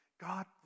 God